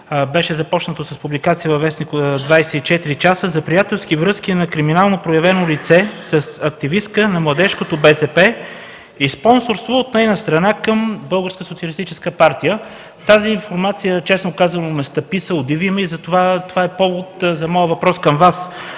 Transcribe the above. Беше започнато с публикация във вестник „24 часа” за приятелски връзки на криминално проявено лице с активистка на младежкото БСП и спонсорство от нейна страна към Българската социалистическа партия. Тази информация, честно казано, ме стъписа, удиви ме и затова е повод за моя въпрос към Вас.